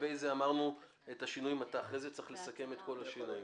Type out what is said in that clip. לגבי זה אמרנו שאתה אחרי זה צריך לסכם את כל השינויים.